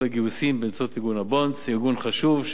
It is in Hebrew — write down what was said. הגיוסים באמצעות ארגון "הבונדס" ארגון חשוב,